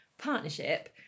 partnership